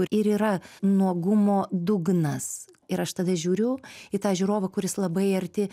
ir yra nuogumo dugnas ir aš tada žiūriu į tą žiūrovą kuris labai arti